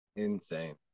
Insane